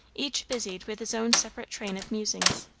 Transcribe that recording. each busied with his own separate train of musings.